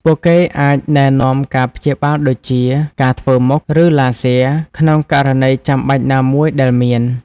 ពួកគេអាចណែនាំការព្យាបាលដូចជា ការធ្វើមុខ ឬឡាស៊ែរ ក្នុងករណីចាំបាច់ណាមួយដែលមាន ។